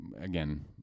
again